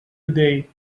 today